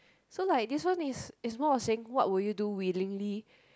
so like this one is is more of saying what would you do willingly